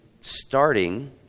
starting